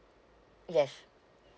yes